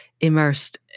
immersed